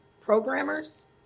programmers